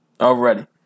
already